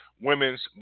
Women's